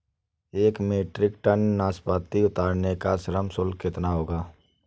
एक metric tonne नाशपाती उतारने का श्रम शुल्क कितना होगा?